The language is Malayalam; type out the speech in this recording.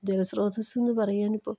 ജലസ്രോതസ്സെന്ന് പറയാനിപ്പോൾ